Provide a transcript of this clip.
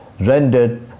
rendered